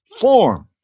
form